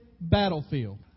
battlefield